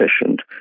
efficient